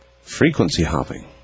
Frequency-hopping